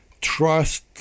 trust